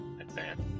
advance